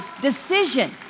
decision